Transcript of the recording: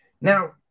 Now